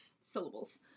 syllables